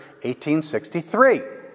1863